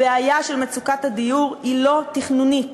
הבעיה של מצוקת הדיור היא לא תכנונית.